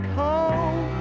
home